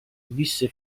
visse